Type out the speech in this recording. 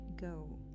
go